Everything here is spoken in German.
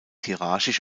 hierarchisch